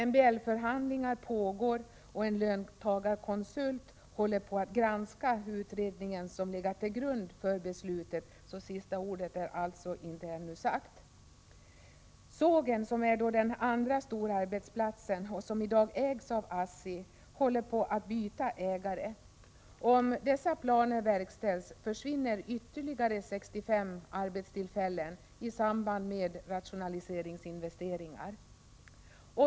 MBL-förhandlingar pågår, och en löntagarkonsult håller på att granska den utredning som legat till grund för beslutet, så sista ordet är alltså ännu inte sagt. Sågen, som är den andra stora arbetsplatsen och som i dag ägs av ASSI, håller på att byta ägare. Om dessa planer verkställs försvinner ytterligare 65 arbetstillfällen i samband med rationaliseringsinvesteringar.